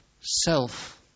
Self